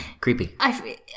creepy